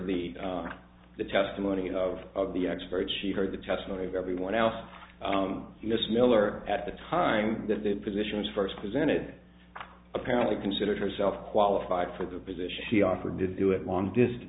heard the testimony of the ex very she heard the testimony of everyone else miss miller at the time that the position was first presented apparently considered herself qualified for the position she offered to do it long distance